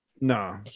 No